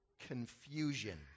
confusion